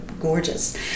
gorgeous